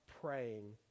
praying